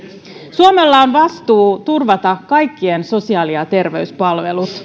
suomella on vastuu turvata kaikkien sosiaali ja terveyspalvelut